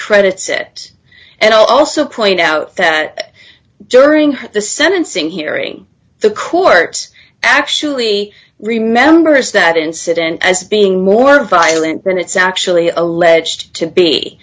credits it and also point out that during the sentencing hearing the court actually remembers that incident as being more violent than it's actually alleged to be